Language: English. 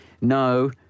no